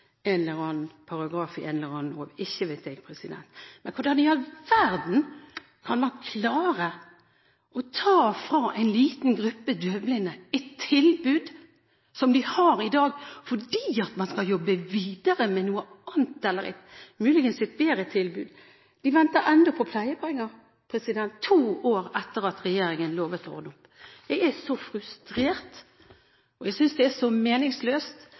eller annen paragraf i en eller annen lov. Ikke vet jeg, men hvordan i all verden kan man klare å ta fra en liten gruppe døvblinde et tilbud som de har i dag, fordi man skal jobbe videre med noe annet eller muligens et bedre tilbud. De venter ennå på pleiepenger – to år etter at regjeringen lovet å ordne opp. Jeg er så frustrert, og jeg synes det er så meningsløst.